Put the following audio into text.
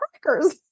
crackers